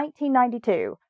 1992